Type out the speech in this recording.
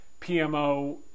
PMO